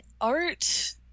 art